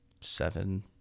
seven